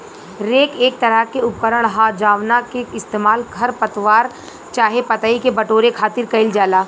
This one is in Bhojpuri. रेक एक तरह के उपकरण ह जावना के इस्तेमाल खर पतवार चाहे पतई के बटोरे खातिर कईल जाला